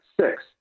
six